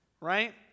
right